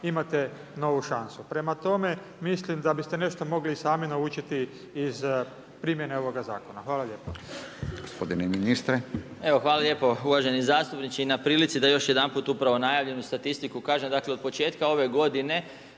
imate novu šansu. Prema tome, mislim da biste nešto mogli i sami naučiti iz primjene ovoga zakona. Hvala lijepo.